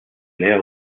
leo